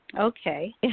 Okay